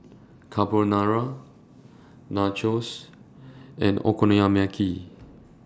Carbonara Nachos and Okonomiyaki